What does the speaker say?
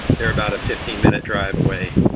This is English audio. they're about a fifteen minute drive away.